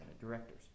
directors